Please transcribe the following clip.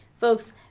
Folks